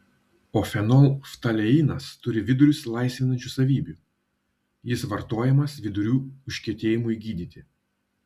o fenolftaleinas turi vidurius laisvinančių savybių jis vartojamas vidurių užkietėjimui gydyti